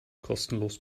kostenlos